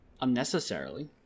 unnecessarily